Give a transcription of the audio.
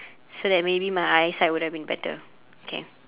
so that maybe my eyesight would have been better okay